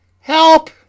Help